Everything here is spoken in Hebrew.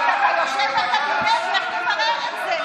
אתה יושב בקבינט, לך תברר את זה.